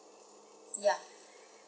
ya